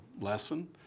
lesson